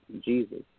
Jesus